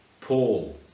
Paul